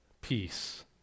peace